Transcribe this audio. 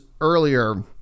earlier